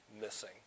missing